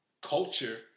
Culture